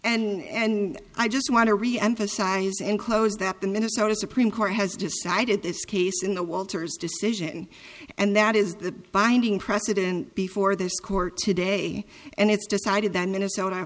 s and i just want to reemphasize and close that the minnesota supreme court has decided this case in the walters decision and that is the binding precedent before this court today and it's decided that minnesota